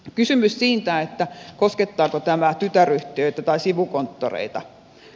kysymys siitä koskettaako tämä tytäryhtiöitä tai sivukonttoreita